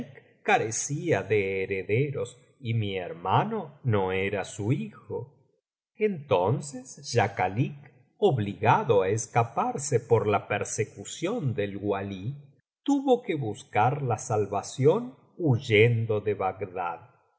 carecía de herederos y mi hermano no era su hijo entonces schakalik obligado á escaparse por la persecución del walí tuvo que buscar la salvación huyendo de bagdad y